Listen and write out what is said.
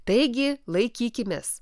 taigi laikykimės